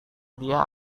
dia